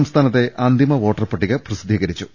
സംസ്ഥാനത്തെ അന്തിമ വോട്ടർ പട്ടിക പ്രസിദ്ധീകരിച്ചു